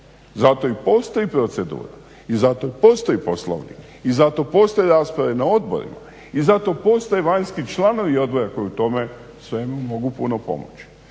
zato i postoji procedura. I zato i postoji Poslovnik. I zato postoje rasprave na odborima. I zato postoje vanjski članovi odbora koji u tome svemu mogu puno pomoći.